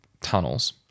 tunnels